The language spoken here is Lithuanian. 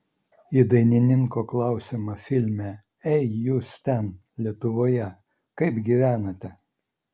į dainininko klausimą filme ei jūs ten lietuvoje kaip gyvenate